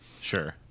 Sure